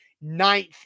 ninth